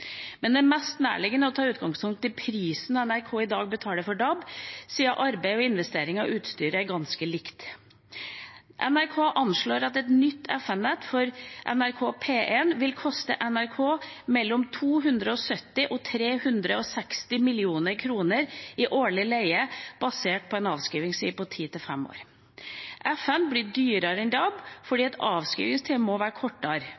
Men det er mest nærliggende å ta utgangspunkt i prisen NRK i dag betaler for DAB, siden arbeid, investeringer og utstyr er ganske likt. NRK anslår at et nytt FM-nett for NRK P1 vil koste NRK mellom 270 mill. kr og 360 mill. kr i årlig leie, basert på en avskrivingstid på henholdsvis ti og fem år. FM blir dyrere enn DAB fordi avskrivingstida må være kortere.